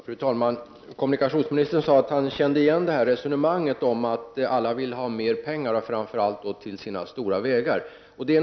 Fru talman! Kommunikationsministern sade att han kände igen resonemanget om att alla vill ha mer pengar, framför allt till sina stora vägar.